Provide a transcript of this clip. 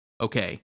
Okay